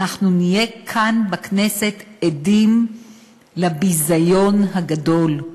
אנחנו נהיה כאן בכנסת עדים לביזיון הגדול,